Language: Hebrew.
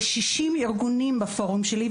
יש 60 ארגונים בפורום שלי,